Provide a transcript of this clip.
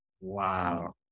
Wow